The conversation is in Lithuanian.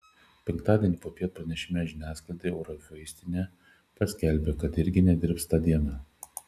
penktadienį popiet pranešime žiniasklaidai eurovaistinė paskelbė kad irgi nedirbs tą dieną